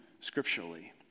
scripturally